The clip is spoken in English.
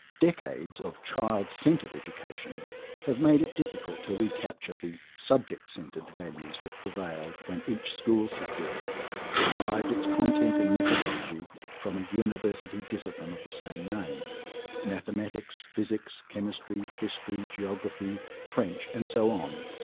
decades of child-centred education have made it difficult to recapture the subject-centred values that prevailed when each school subject derived its content and methodology from a university discipline of the same name mathematics physics chemistry history geography french, and so um